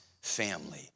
family